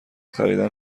خریدن